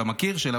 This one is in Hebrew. אתה מכיר?